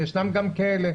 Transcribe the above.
ישנם גם כאלה.